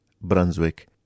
brunswick